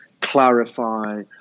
clarify